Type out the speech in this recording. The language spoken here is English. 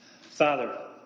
Father